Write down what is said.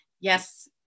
Yes